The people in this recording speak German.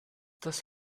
das